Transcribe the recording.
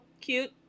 cute